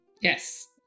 Yes